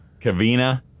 Kavina